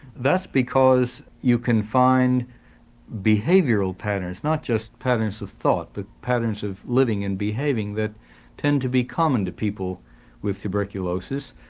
that's because you can find behavioural patterns, not just patterns of thought, but patterns of living and behaving, that tend to be common to people with tuberculosis.